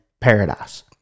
paradise